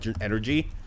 energy